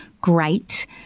great